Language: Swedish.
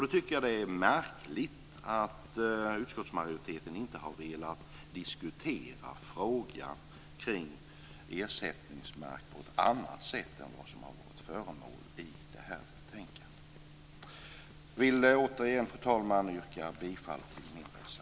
Jag tycker att det är märkligt att utskottsmajoriteten inte har velat diskutera frågan om ersättningsmark på annat sätt än vad som har skett i det här betänkandet. Fru talman! Jag yrkar återigen bifall till reservation nr 6.